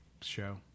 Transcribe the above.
show